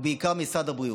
ובעיקר משרד הבריאות,